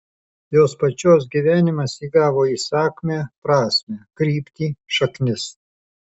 jos pačios gyvenimas įgavo įsakmią prasmę kryptį šaknis